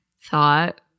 thought